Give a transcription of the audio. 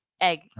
Egg